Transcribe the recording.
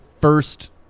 first